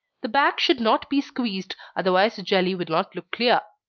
the bag should not be squeezed, otherwise the jelly will not look clear.